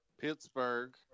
Pittsburgh